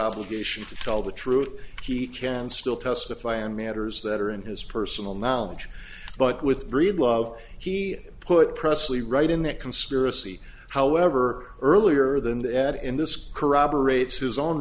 obligation to tell the truth he can still testify on matters that are in his personal knowledge but with breedlove he put presley right in that conspiracy however earlier than that in this corroborates his o